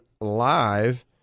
live